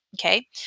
Okay